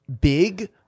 big